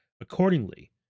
Accordingly